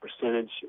percentage